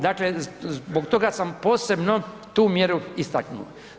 Dakle zbog toga sam posebno tu mjeru istaknuo.